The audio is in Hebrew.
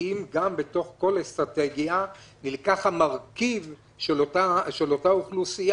האם גם בתוך כל אסטרטגיה נלקח המרכיב של אותה אוכלוסייה?